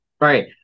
right